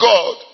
God